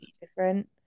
different